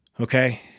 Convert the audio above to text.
Okay